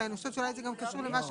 ואני חושבת שזה אולי גם קשור למה